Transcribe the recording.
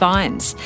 Vines